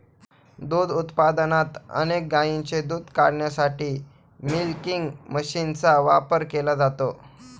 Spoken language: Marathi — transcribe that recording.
दूध उत्पादनात अनेक गायींचे दूध काढण्यासाठी मिल्किंग मशीनचा वापर केला जातो